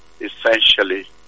essentially